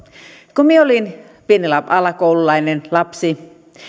kun minä olin pieni alakoululainen lapsi